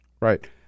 Right